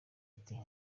ati